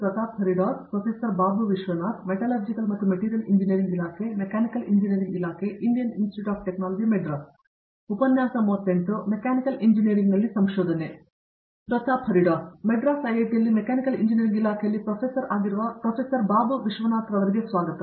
ಪ್ರತಾಪ್ ಹರಿದಾಸ್ ಮದ್ರಾಸ್ ಐಐಟಿಯಲ್ಲಿ mechanical engineering ಇಲಾಖೆಯಲ್ಲಿ professor ಆಗಿರುವ ಪ್ರೊಫೆಸರ್ ಬಾಬು ವಿಶ್ವನಾಥ್ರಿಗೆ ಸ್ವಾಗತ